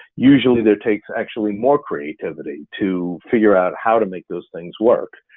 usually there takes actually more creativity to figure out how to make those things work.